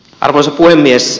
arvoisa puhemies